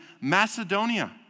Macedonia